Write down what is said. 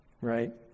right